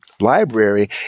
library